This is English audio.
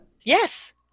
Yes